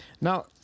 Now